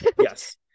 yes